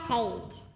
Page